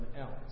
else